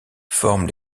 forment